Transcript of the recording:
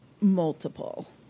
multiple